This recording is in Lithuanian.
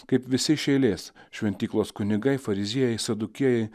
kaip visi iš eilės šventyklos kunigai fariziejai sadukėjai